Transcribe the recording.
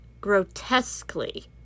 grotesquely